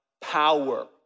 power